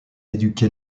éduqué